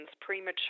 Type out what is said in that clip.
premature